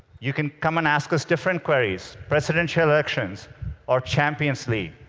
you can come and ask us different queries. presidential elections or champions league,